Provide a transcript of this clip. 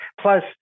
plus